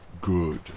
Good